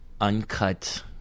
uncut